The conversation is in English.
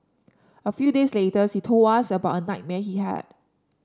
a few days later he told us about a nightmare he had